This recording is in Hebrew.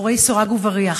אל מאחורי סורג ובריח.